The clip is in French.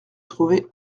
trouvé